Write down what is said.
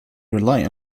rely